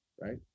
right